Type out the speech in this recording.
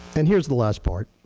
and here is the last part.